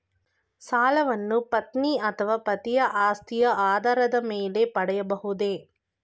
ಸಾಲವನ್ನು ಪತ್ನಿ ಅಥವಾ ಪತಿಯ ಆಸ್ತಿಯ ಆಧಾರದ ಮೇಲೆ ಪಡೆಯಬಹುದೇ?